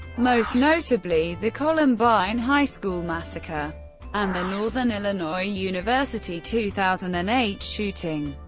most notably the columbine high school massacre and the northern illinois university two thousand and eight shooting.